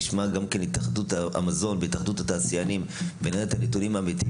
נשמע את התאחדות המזון בהתאחדות התעשיינים ונראה את הנתונים האמיתיים,